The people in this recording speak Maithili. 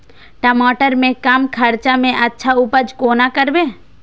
टमाटर के कम खर्चा में अच्छा उपज कोना करबे?